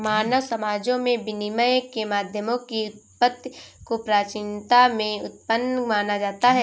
मानव समाजों में विनिमय के माध्यमों की उत्पत्ति को प्राचीनता में उत्पन्न माना जाता है